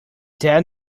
dead